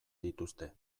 dituzte